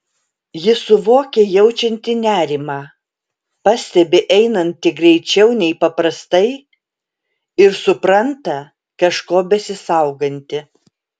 ji suvokia jaučianti nerimą pastebi einanti greičiau nei paprastai ir supranta kažko besisauganti